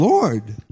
Lord